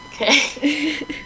Okay